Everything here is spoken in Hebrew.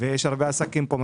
ויש הרבה עסקים פה מפסידים,